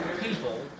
people